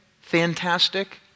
fantastic